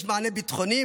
יש מענה ביטחוני,